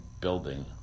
building